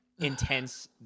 intense